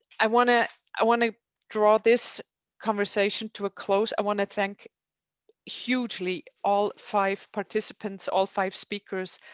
i want to i want to draw this conversation to a close. i want to thank hugely all five participants, all five speakers